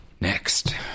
Next